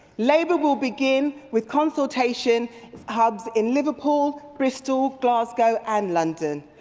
labour will begin with consultation hubs in liverpool, bristol, glasgow and london.